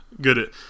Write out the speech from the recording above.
good